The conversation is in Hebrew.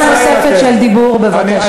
דקה נוספת של דיבור, בבקשה.